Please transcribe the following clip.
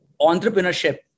entrepreneurship